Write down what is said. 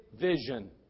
vision